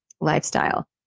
lifestyle